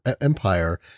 empire